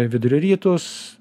vidurio rytus